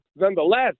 nonetheless